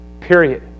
Period